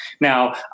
Now